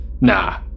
Nah